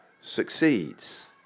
succeeds